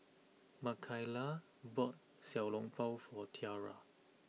Makaila bought Xiao Long Bao for Tiara